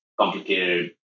complicated